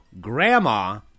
grandma